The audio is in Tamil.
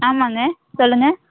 ஆமாம்ங்க சொல்லுங்கள்